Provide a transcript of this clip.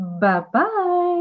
Bye-bye